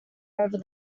over